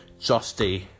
Justy